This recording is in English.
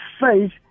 faith